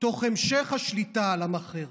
תוך המשך השליטה על עם אחר.